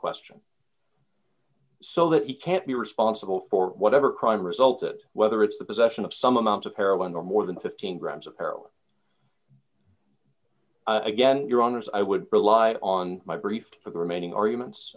question so that he can't be responsible for whatever crime result it whether it's the possession of some amount of heroin or more than fifteen grams of heroin again you're on as i would rely on my brief for the remaining